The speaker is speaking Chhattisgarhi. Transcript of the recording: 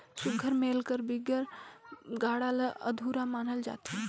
सुग्घर मेल कर बिगर गाड़ा ल अधुरा मानल जाथे